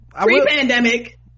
Pre-pandemic